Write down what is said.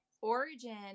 origin